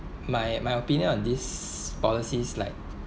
my my opinion on these policies like